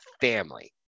family